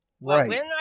Right